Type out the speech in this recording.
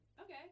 Okay